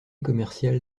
commerciale